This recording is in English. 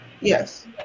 yes